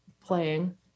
playing